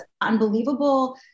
unbelievable